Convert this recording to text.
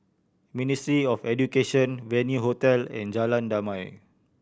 Ministry of Education Venue Hotel and Jalan Damai